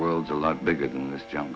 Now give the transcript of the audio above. world's a lot bigger than this junk